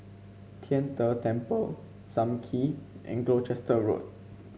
Tian De Temple Sam Kee and Gloucester Road